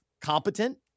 competent